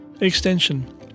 Extension